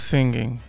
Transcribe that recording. Singing